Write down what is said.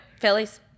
Phillies